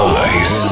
eyes